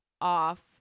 off